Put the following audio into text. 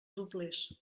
doblers